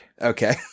Okay